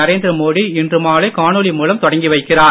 நரேந்திர மோடி இன்று மாலை காணொளி மூலம் தொடங்கி வைக்கிறார்